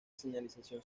señalización